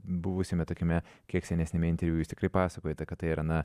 buvusiame tokiame kiek senesniame interviu jūs tikrai pasakojote kad tai yra na